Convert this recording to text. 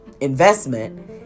investment